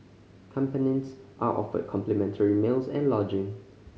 companions are offered complimentary meals and lodging